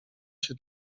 się